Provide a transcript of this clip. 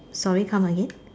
sorry come again